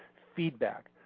feedback,